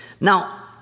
Now